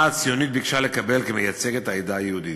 הציונית ביקשה לקבל כמייצגת העדה היהודית.